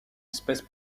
espèce